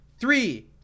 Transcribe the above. Three